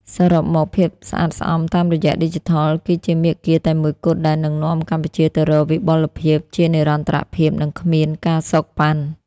សរុបមក "ភាពស្អាតស្អំតាមរយៈឌីជីថល" គឺជាមាគ៌ាតែមួយគត់ដែលនឹងនាំកម្ពុជាទៅរកវិបុលភាពជានិរន្តរភាព និងគ្មាន ការសូកប៉ាន់។